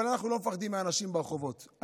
אבל אנחנו לא מפחדים מאנשים ברחובות,